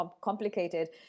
complicated